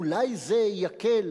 אולי זה יקל